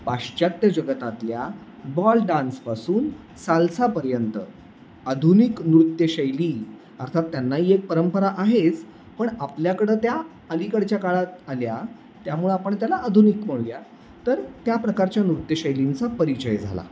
पाश्चात्य जगतातल्या बॉल डान्सपासून सालसापर्यंत आधुनिक नृत्यशैली अर्थात त्यांनाही एक परंपरा आहेच पण आपल्याकडं त्या अलीकडच्या काळात आल्या त्यामुळे आपण त्याला आधुनिक म्हणूया तर त्या प्रकारच्या नृत्यशैलींचा परिचय झाला